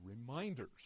reminders